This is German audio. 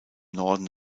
norden